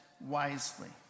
wisely